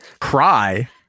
Cry